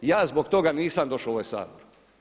Ja zbog toga nisam došao u ovaj Sabor.